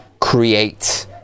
create